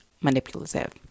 manipulative